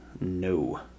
no